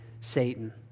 Satan